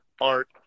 art